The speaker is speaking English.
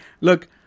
Look